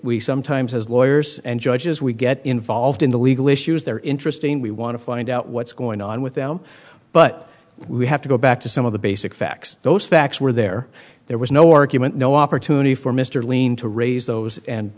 we sometimes as lawyers and judges we get involved in the legal issues they're interesting we want to find out what's going on with them but we have to go back to some of the basic facts those facts were there there was no argument no opportunity for mr lien to raise those and